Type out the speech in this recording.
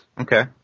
Okay